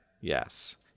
Yes